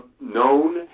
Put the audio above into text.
known